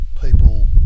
people